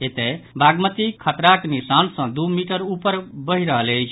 एतय बागमती खतराक निशान सँ दू मीटर ऊपर बहि रहल अछि